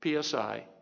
PSI